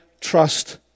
trust